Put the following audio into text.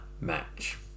match